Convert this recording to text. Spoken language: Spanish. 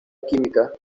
química